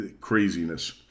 craziness